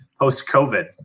post-COVID